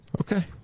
Okay